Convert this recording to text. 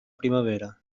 primavera